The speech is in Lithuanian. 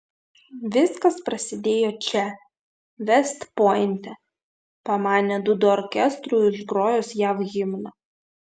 viskas prasidėjo čia vest pointe pamanė dūdų orkestrui užgrojus jav himną